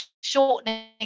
shortening